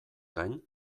gain